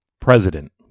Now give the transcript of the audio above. President